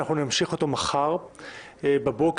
נמשיך אותו מחר בבוקר.